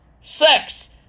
Sex